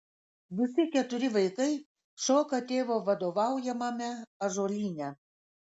visi keturi vaikai šoka tėvo vadovaujamame ąžuolyne